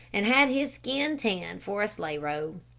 and had his skin tanned for a sleigh robe.